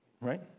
right